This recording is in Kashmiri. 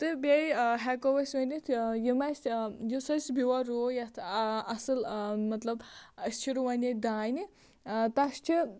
تہٕ بیٚیہِ ہٮ۪کَو أسۍ ؤنِتھ یِم اسہِ یُس اَسہِ بیٚول روٗوَو یَتھ اَصٕل مطلب أسۍ چھِ رُوَن ییٚتہِ دانہِ تتھ چھِ